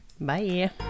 Bye